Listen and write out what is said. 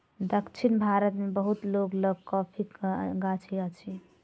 दक्षिण भारत मे बहुत लोक लग कॉफ़ीक गाछी अछि